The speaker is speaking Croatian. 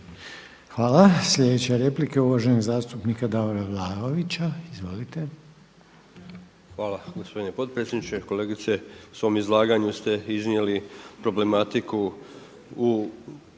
Hvala. Sljedeća replika uvaženog zastupnika Davora Vlaovića. Izvolite. **Vlaović, Davor (HSS)** Hvala gospodine potpredsjedniče. Kolegice, u svom izlaganju ste iznijeli problematiku i